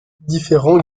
différents